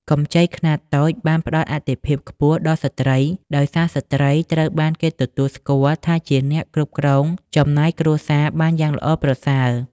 កម្ចីខ្នាតតូចបានផ្ដល់អាទិភាពខ្ពស់ដល់ស្ត្រី ដោយសារស្ត្រីត្រូវបានគេទទួលស្គាល់ថាជាអ្នកគ្រប់គ្រងចំណាយគ្រួសារបានយ៉ាងល្អប្រសើរ។